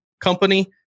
company